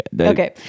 Okay